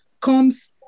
comes